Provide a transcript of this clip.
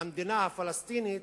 למדינה הפלסטינית,